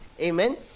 Amen